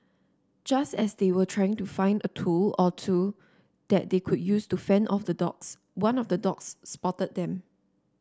just as they were trying to find a tool or two that they could use to fend off the dogs one of the dogs spotted them